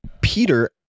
Peter